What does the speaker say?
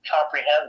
comprehend